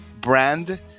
brand